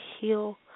heal